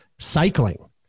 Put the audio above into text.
Cycling